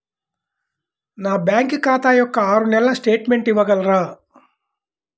నా బ్యాంకు ఖాతా యొక్క ఆరు నెలల స్టేట్మెంట్ ఇవ్వగలరా?